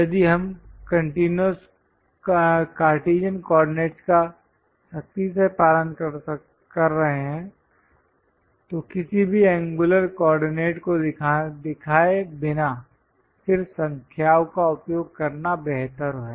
यदि हम Cartesian coordinates का सख्ती से पालन कर रहे हैं तो किसी भी एंगुलर कोऑर्डिनेट को दिखाए बिना सिर्फ संख्याओं का उपयोग करना बेहतर है